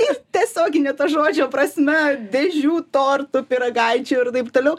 ir tiesiogine to žodžio prasme dėžių tortų pyragaičių ir taip toliau